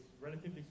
relatively